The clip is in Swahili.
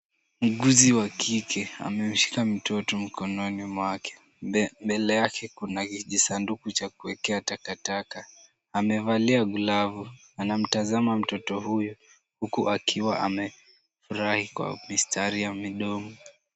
Muuguzi wa kike, amemshika mtoto mkononi mwake. Mbele yake kuna kijisanduku cha kuwekea takataka. Amevalia glavu. Anamtazama mtoto huyu, huku akiwa amefurahi kwa mistari ya midomo.